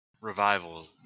revival